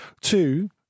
Two